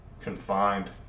confined